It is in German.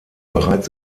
bereits